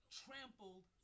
trampled